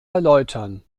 erläutern